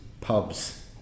pubs